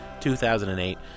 2008